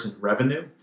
revenue